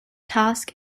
task